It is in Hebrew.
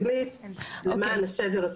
הנה גם באנגלית,